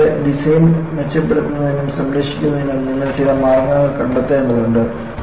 നിങ്ങളുടെ ഡിസൈൻ മെച്ചപ്പെടുത്തുന്നതിനും സംരക്ഷിക്കുന്നതിനും നിങ്ങൾ ചില മാർഗ്ഗങ്ങൾ കണ്ടെത്തേണ്ടതുണ്ട്